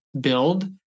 build